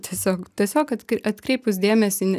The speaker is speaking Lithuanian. tiesiog tiesiog kad atkreipus dėmesį